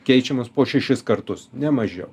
keičiamas po šešis kartus ne mažiau